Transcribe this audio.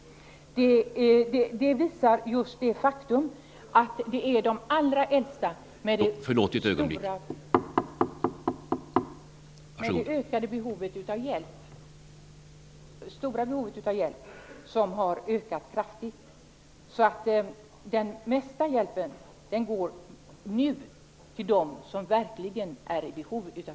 Det visar just det faktum att hjälpen till de allra äldsta med det stora behovet av hjälp har ökat kraftigt. Den mesta hjälpen går nu till dem som verkligen är i behov av hjälp.